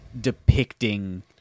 depicting